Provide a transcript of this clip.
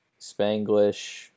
Spanglish